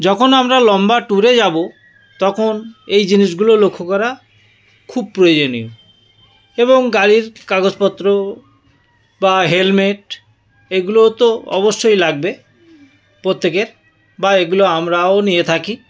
যখন আমরা লম্বা ট্যুরে যাব তখন এই জিনিসগুলো লক্ষ্য করা খুব প্রয়োজনীয় এবং গাড়ির কাগজপত্র বা হেলমেট এগুলোও তো অবশ্যই লাগবে প্রত্যেকের বা এগুলো আমরাও নিয়ে থাকি